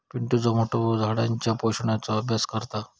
पिंटुचो मोठो भाऊ झाडांच्या पोषणाचो अभ्यास करता